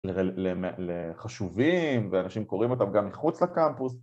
לחשובים ואנשים קוראים אותם גם מחוץ לקמפוס